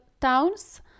towns